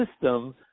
system